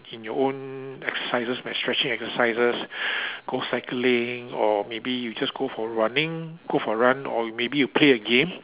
in your own exercises like stretching exercises go cycling or maybe you just go for running go for run or maybe you play a game